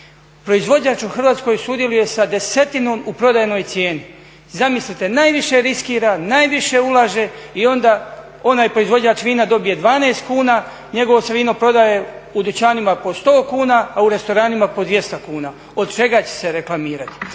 Proizvođač u Hrvatskoj sudjeluje sa desetinom u prodajnoj cijeni. Zamislite, najviše riskira, najviše ulaže i onda onaj proizvođač vina dobije 12 kuna, njegovo se vino prodaje u dućanima po 100 kuna, a u restoranima po 200 kuna. Od čega će se reklamirati?